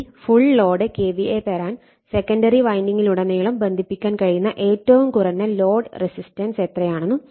B full load kVA തരാൻ secondary വൈൻഡിംഗിലുടനീളം ബന്ധിപ്പിക്കാൻ കഴിയുന്ന ഏറ്റവും കുറഞ്ഞ ലോഡ് റെസിസ്റ്റൻസ് എത്രയാണെന്നും